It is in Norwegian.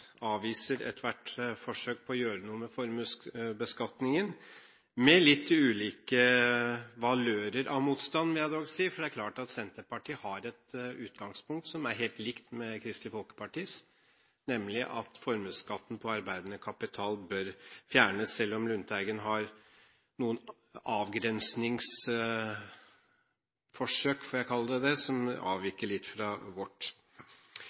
avviser ethvert forsøk på å gjøre noe med formuesbeskatningen, med litt ulike valører av motstand, må jeg dog si. For det er klart at Senterpartiet har et utgangspunkt som er helt likt Kristelig Folkepartis, nemlig at formuesskatten på arbeidende kapital bør fjernes, selv om Lundteigen har noen avgrensningsforsøk – får jeg kalle det – som avviker litt fra vårt.